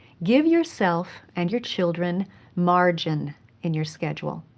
give yourself and your children margin in your schedule,